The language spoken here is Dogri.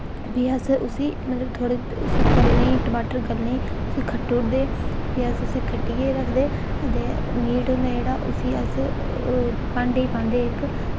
फ्ही अस उसी मतलब थोह्ड़े उसी गलने टमाटर गलने उसी खट्टूड़ दे फ्ही अस उसी खट्टियै रखदे ते मीट होंदा जेह्ड़ा उसी अस भांडे पांदे इक